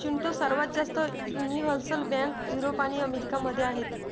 चिंटू, सर्वात जास्त universal bank Europe आणि अमेरिका मध्ये आहेत